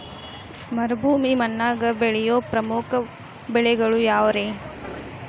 ಮರುಭೂಮಿ ಮಣ್ಣಾಗ ಬೆಳೆಯೋ ಪ್ರಮುಖ ಬೆಳೆಗಳು ಯಾವ್ರೇ?